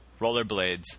rollerblades